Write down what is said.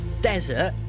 desert